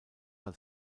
als